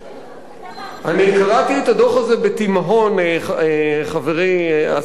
אני קראתי את הדוח הזה בתימהון, חברי השר ארדן,